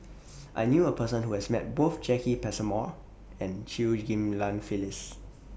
I knew A Person Who has Met Both Jacki Passmore and Chew Ghim Lian Phyllis